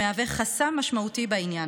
שהוא חסם משמעותי בעניין.